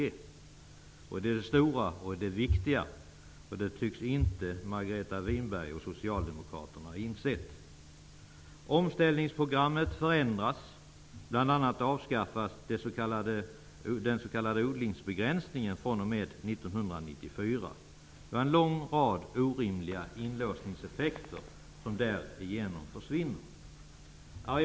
Det är det stora och viktiga, vilket Margareta Winberg och de andra socialdemokraterna inte tycks ha insett. 1994, varigenom en lång rad orimliga inlåsningseffekter försvinner.